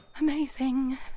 Amazing